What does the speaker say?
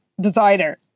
designer